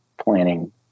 planning